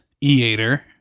eater